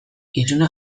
izuna